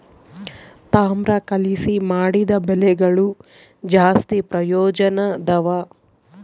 ತಾಮ್ರ ಕಲಿಸಿ ಮಾಡಿದ ಬಲೆಗಳು ಜಾಸ್ತಿ ಪ್ರಯೋಜನದವ